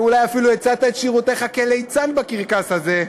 ואולי אפילו הצעת את שירותיך כליצן בקרקס הזה,